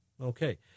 Okay